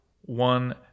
one